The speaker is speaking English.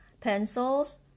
pencils